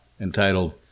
entitled